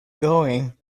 going